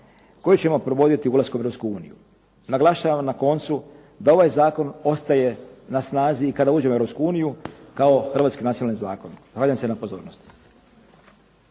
koju ćemo provoditi ulaskom u Europsku uniju. Naglašavam na koncu da ovaj Zakon ostaje na snazi i kada uđemo u Europsku uniju kao Hrvatski nacionalni zakon. Zahvaljujem se na pozornosti.